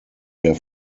der